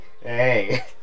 hey